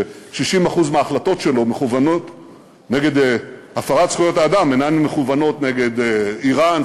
ש-60% מההחלטות שלו נגד הפרת זכויות האדם אינן מכוונות נגד איראן,